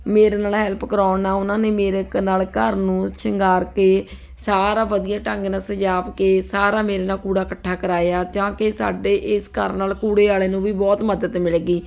ਮੇਰੇ ਨਾਲ ਹੈਲਪ ਕਰਵਾਉਣ ਨਾਲ ਉਹਨਾਂ ਨੇ ਮੇਰੇ ਨਾਲ ਘਰ ਨੂੰ ਸ਼ਿੰਗਾਰ ਕੇ ਸਾਰਾ ਵਧੀਆ ਢੰਗ ਨਾਲ ਸਜਾ ਕੇ ਸਾਰਾ ਮੇਰੇ ਨਾਲ ਕੂੜਾ ਇਕੱਠਾ ਕਰਵਾਇਆ ਕਿਉਂਕਿ ਸਾਡੇ ਇਸ ਘਰ ਨਾਲ ਕੂੜੇ ਵਾਲੇ ਨੂੰ ਵੀ ਬਹੁਤ ਮਦਦ ਮਿਲ ਗਈ